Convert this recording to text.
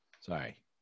Sorry